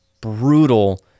brutal